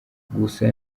gusa